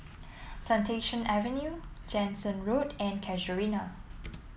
Plantation Avenue Jansen Road and Casuarina